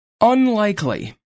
Unlikely